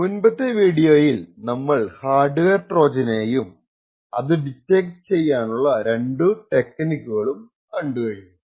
മുൻപത്തെ വീഡിയോയിൽ നമ്മൾ ഹാർഡ്വെയർ ട്രോജനെയും അത് ഡിറ്റക്ട ചെയ്യാനുള്ള രണ്ടു ടെക്നിക്സും കണ്ടു കഴിഞ്ഞു